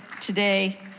today